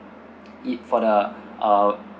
it for the uh